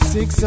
Six